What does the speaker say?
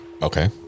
okay